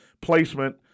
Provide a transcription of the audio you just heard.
placement